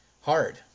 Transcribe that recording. hard